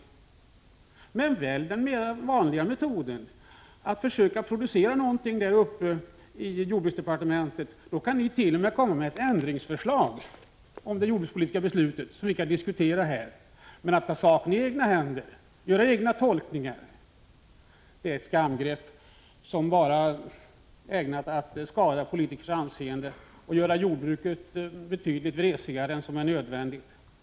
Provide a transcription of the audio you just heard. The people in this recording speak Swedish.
Välj i stället den vanliga metoden och försök producera någonting i jordbruksdepartementet! Lägg fram ett ändringsförslag när det gäller det jordbrukspolitiska beslutet som vi kan diskutera här! Att ta saken i egna händer och göra egna tolkningar är ett skamgrepp, som bara är ägnat att skada politikers anseende och göra jordbrukets företrädare betydligt vresigare än som är nödvändigt.